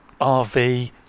RV